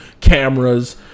cameras